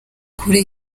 kuri